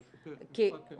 ברשותך.